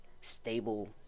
stable